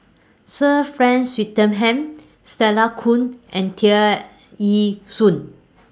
Sir Frank Swettenham Stella Kon and Tear Ee Soon